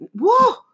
whoa